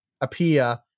appear